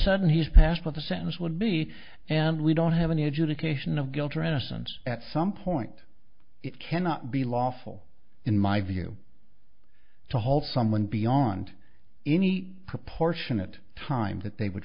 sudden he's passed with a sense would be and we don't have any education of guilt or innocence at some point it cannot be lawful in my view to hold someone beyond any proportionate time that they would